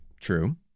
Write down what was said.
True